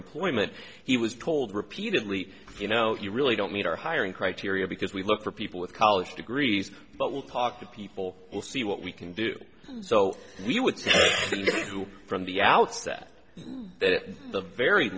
employment he was told repeatedly you know you really don't meet our hiring criteria because we look for people with college degrees but we'll talk to people we'll see what we can do and so we would say from the outset that the very